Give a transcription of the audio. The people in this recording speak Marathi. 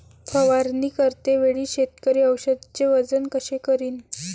फवारणी करते वेळी शेतकरी औषधचे वजन कस करीन?